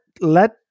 let